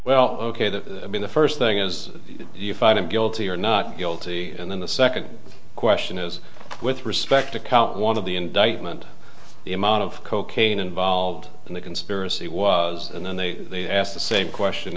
well ok the i mean the first thing is do you find him guilty or not guilty and then the second question is with respect to count one of the indictment the amount of cocaine involved in the conspiracy was and then they asked the same question